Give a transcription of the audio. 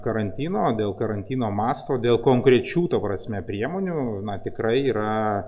karantino dėl karantino masto dėl konkrečių ta prasme priemonių na tikrai yra